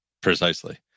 precisely